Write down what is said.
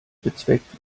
bezweckt